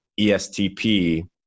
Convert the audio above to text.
ESTP